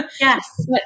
Yes